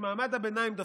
ואת מעמד הביניים דופקים.